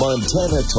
Montana